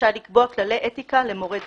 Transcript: רשאי לקבוע כללי אתיקה למורי דרך.